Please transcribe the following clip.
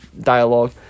dialogue